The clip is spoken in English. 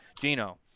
Gino